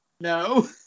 No